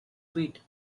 bit